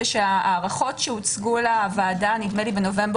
שההערכות שהוצגו לוועדה נדמה לי בנובמבר